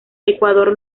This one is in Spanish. ecuador